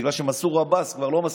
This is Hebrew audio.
בגלל שמנסור עבאס כבר לא מספיק,